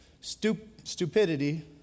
stupidity